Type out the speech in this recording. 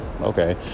Okay